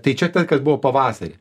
tai čia tai kad buvo pavasarį